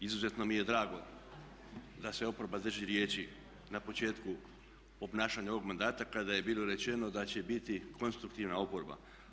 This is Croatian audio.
Izuzetno mi je drago da se oporba drži riječi na ponašanju ovog mandata kada je bilo rečeno da će biti konstruktivna oporba.